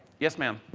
yes ma'am.